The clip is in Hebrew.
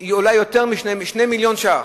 היא אולי 2 מיליוני שקלים.